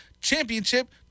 Championship